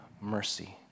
mercy